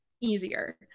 easier